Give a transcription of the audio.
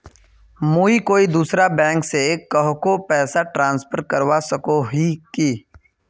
मुई कोई दूसरा बैंक से कहाको पैसा ट्रांसफर करवा सको ही कि?